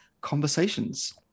conversations